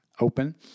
open